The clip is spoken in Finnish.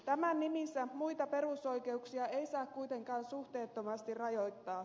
tämän nimissä muita perusoikeuksia ei saa kuitenkaan suhteettomasti rajoittaa